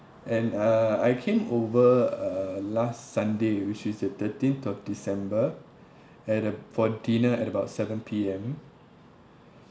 and uh I came over uh last sunday which is the thirteenth of december at a for dinner at about seven P_M